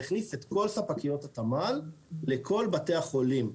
והכניס את כל ספקיות התמ"ל לכל בתי החולים.